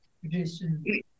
tradition